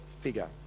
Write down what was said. figure